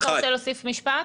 נעם, אתה רוצה להוסיף משפט?